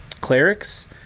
clerics